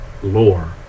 lore